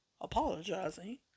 apologizing